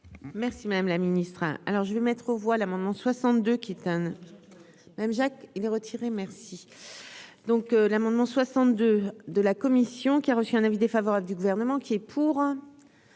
Merci madame la ministre, hein, alors je vais mettre aux voix l'amendement 62 qui étonne même Jacques il est retiré, merci, donc l'amendement 62 de la commission qui a reçu un avis défavorable du gouvernement qui est. Pour